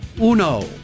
Uno